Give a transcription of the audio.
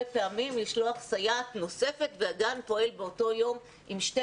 פעמים לשלוח סייעת נוספת והגן פועל באותו יום עם שתי